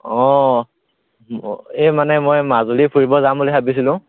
অ' এই মানে মই মাজুলী ফুৰিব যাম বুলি ভাবিছিলো